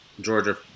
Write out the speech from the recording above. Georgia